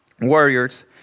warriors